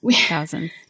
Thousands